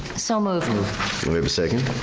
so moved. do i have a second?